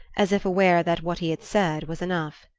as if aware that what he had said was enough.